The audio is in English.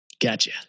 Gotcha